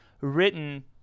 written